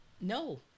No